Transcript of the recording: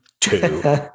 two